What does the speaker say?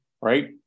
right